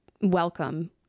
welcome